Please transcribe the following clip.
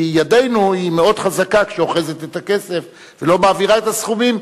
כי ידנו מאוד חזקה כשהיא אוחזת את הכסף ולא מעבירה את הסכומים,